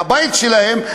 מהבית שלהם,